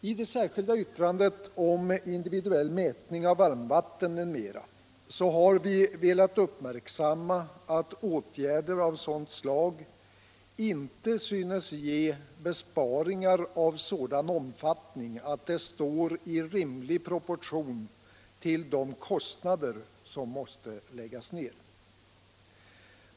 I det särskilda yttrandet om individuell mätning av varmvatten m.m. har vi velat uppmärksamma att åtgärder av det slaget inte synes ge besparingar av sådan omfattning att de står i rimlig proportion till de kostnader som måste läggas ned.